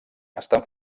estan